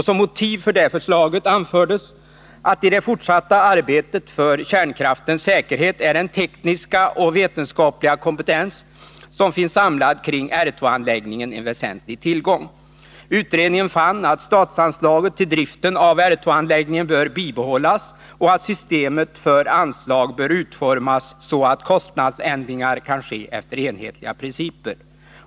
Som motiv för detta förslag anfördes att den tekniska och vetenskapliga kompetens som finns samlad kring R 2-anläggningen är en väsentlig tillgång i det fortsatta arbetet för kärnkraftens säkerhet. Utredningen fann att statsanslaget till driften av R 2-anläggningen bör bibehållas och att systemet för anslag bör utformas så, att kostnadsändringar kan ske efter enhetliga principer.